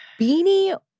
Beanie